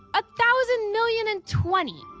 ah thousand million and twenty!